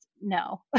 No